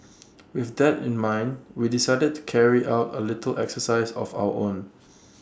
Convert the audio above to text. with that in mind we decided to carry out A little exercise of our own